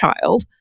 child